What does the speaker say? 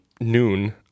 noon